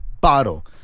bottle